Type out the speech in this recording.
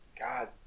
God